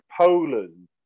Poland